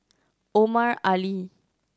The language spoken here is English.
Omar Ali